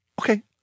okay